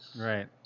right